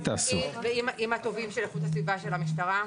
עם הטובים של איכות הסביבה של המשטרה.